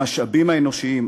המשאבים האנושיים,